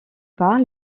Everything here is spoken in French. part